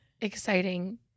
exciting